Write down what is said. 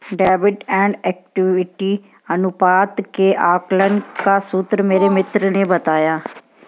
डेब्ट and equity अनुपात के आकलन का सूत्र मेरे मित्र ने बताया